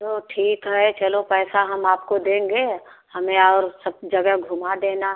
तो ठीक है चलो पैसा हम आपको देंगे हमे और सब जगह घुमा देना